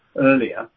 earlier